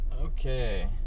Okay